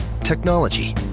Technology